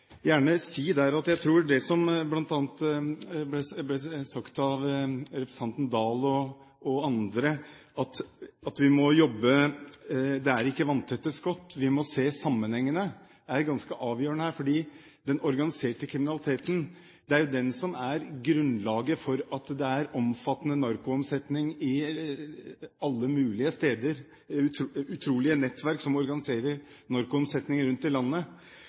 gjerne si at der er jeg enig i det som bl.a. ble sagt av representanten Oktay Dahl og andre, at det ikke er «vanntette skott». At vi må se sammenhengen her, er ganske avgjørende, fordi den organiserte kriminaliteten er jo grunnlaget for at det er omfattende narkotikaomsetning alle mulige steder. Det er utrolige nettverk som organiserer narkotikaomsetningen rundt om i landet.